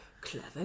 clever